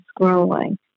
scrolling